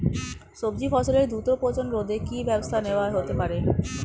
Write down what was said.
সবজি ফসলের দ্রুত পচন রোধে কি ব্যবস্থা নেয়া হতে পারে?